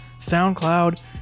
SoundCloud